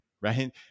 right